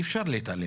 אי אפשר להתעלם מזה.